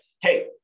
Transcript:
hey